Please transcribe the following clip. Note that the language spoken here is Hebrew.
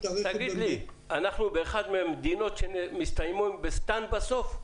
אנחנו אחת מהמדינות שמסתיימות ב"סטן" בסוף?